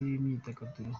b’imyidagaduro